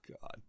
god